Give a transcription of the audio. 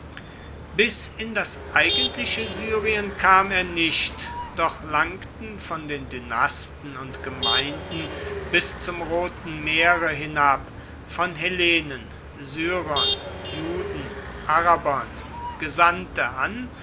bis in das eigentliche syrien kam er nicht doch langten von den dynasten und gemeinden bis zum roten meere hinab von hellenen syrern juden arabern gesandte an